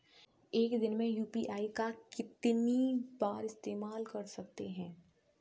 एक दिन में यू.पी.आई का कितनी बार इस्तेमाल कर सकते हैं?